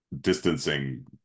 distancing